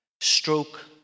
stroke